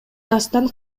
дастан